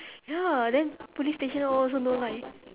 ya then police station all also no light eh